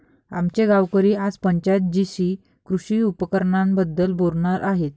आमचे गावकरी आज पंचायत जीशी कृषी उपकरणांबद्दल बोलणार आहेत